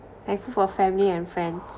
thankful for family and friends